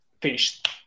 finished